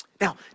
Now